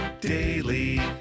daily